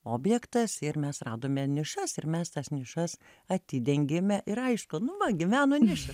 objektas ir mes radome nišas ir mes tas nišas atidengėme ir aišku nu va gi meno niša